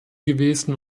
gewesen